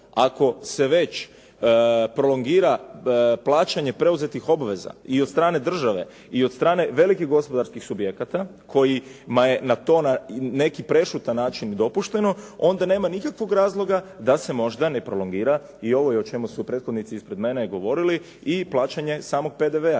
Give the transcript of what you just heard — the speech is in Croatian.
ako se već prolongira plaćanje preuzetih obaveza i od strane države i do strane velikih gospodarskih subjekata kojima je to na neki prešutan način dopušteno onda nema nikakvog razloga da se možda ne prolongira i ovo o čemu su prethodnici prije mene govorili i plaćanje samo PDV-a,